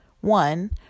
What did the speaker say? One